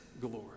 glory